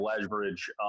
leverage